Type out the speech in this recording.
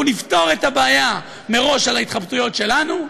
אנחנו נפתור את הבעיה מראש על ההתחבטויות שלנו,